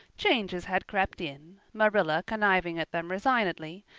changes had crept in, marilla conniving at them resignedly,